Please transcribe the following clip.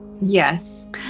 yes